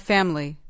Family